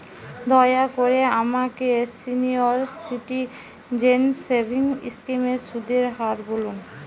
দয়া করে আমাকে সিনিয়র সিটিজেন সেভিংস স্কিমের সুদের হার বলুন